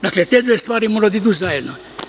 Dakle, te dve stvari moraju da idu zajedno.